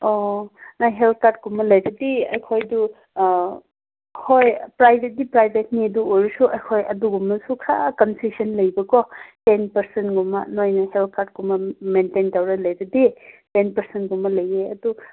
ꯑꯣ ꯅꯪ health card ꯀꯨꯝꯕ ꯂꯩꯔꯗꯤ ꯑꯩꯈꯣꯏꯗꯨ ꯍꯣꯏ ꯄ꯭ꯔꯥꯏꯕꯦꯠꯇꯤ ꯄ꯭ꯔꯥꯏꯕꯦꯠꯅꯤ ꯑꯗꯨ ꯑꯣꯏꯔꯁꯨ ꯑꯩꯈꯣꯏ ꯑꯗꯨꯒꯨꯝꯕꯁꯨ ꯈꯔ ꯀꯟꯁꯦꯁꯟ ꯂꯩꯕꯀꯣ ꯇꯦꯟ ꯄꯥꯔꯁꯦꯟꯒꯨꯝꯕ ꯅꯣꯏꯅ ꯍꯦꯜꯠ ꯀꯥꯔꯗ ꯀꯨꯝꯕ ꯃꯦꯟꯇꯦꯟ ꯇꯧꯔ ꯂꯩꯔꯗꯤ ꯇꯦꯟ ꯄꯥꯔꯁꯦꯟꯒꯨꯝꯕ ꯂꯩꯌꯦ ꯑꯗꯨ